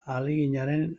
ahaleginaren